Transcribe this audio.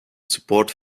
support